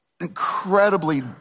incredibly